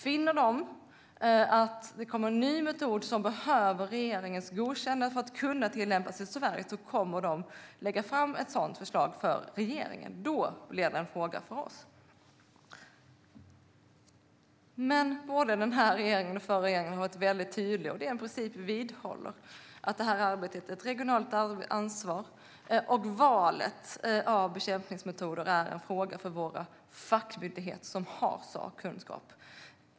Finner de att det finns en ny metod som behöver regeringens godkännande för att kunna tillämpas i Sverige kommer de att lägga fram ett sådant förslag för regeringen. Då blir det en fråga för oss. Både denna och den förra regeringen har varit väldigt tydliga med att detta arbete är ett regionalt ansvar och att valet av bekämpningsmetoder är en fråga för våra fackmyndigheter, som har sakkunskap.